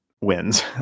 wins